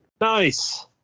Nice